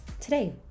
today